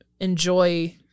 enjoy